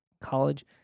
college